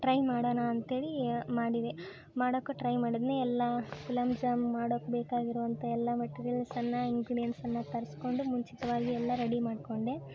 try ಮಾಡೋಣ ಅಂತೇಳಿ ಮಾಡಿದೆ ಮಾಡಕ್ಕೆ ಟ್ರೈ ಮಾಡಿದ್ನೆ ಎಲ್ಲ ಗುಲಾಬ್ ಜಾಮ್ ಮಾಡೋಕ್ಕೆ ಬೇಕಾಗಿರುವಂಥ ಎಲ್ಲ ಮೆಟೀರಿಯಲ್ಸನ್ನು ಇನ್ಗ್ರೀಡಿಯೆನ್ಸನ್ನು ತರಿಸ್ಕೊಂಡು ಮುಂಚಿತವಾಗಿ ಎಲ್ಲ ರೆಡಿ ಮಾಡಿಕೊಂಡೆ